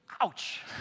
Ouch